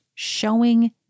showing